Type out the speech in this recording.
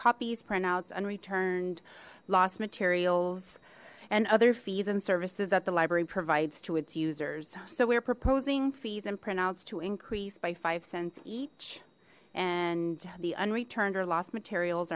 copies printouts unreturned lost materials and other fees and services that the library provides to its users so we are proposing fees and printouts to increase by five cents each and the unreturned or lost materials